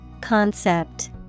Concept